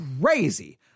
crazy